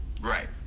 Right